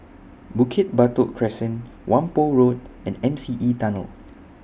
Bukit Batok Crescent Whampoa Road and M C E Tunnel